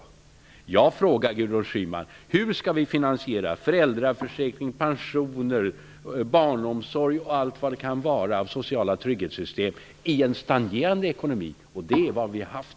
Men jag frågar Gudrun Schyman: Hur skall vi finansiera föräldraförsäkring, pensioner, barnomsorg osv. när det gäller de sociala trygghetssystemen i en stagnerande ekonomi -- det är ju vad vi har haft?